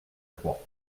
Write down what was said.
trois